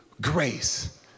grace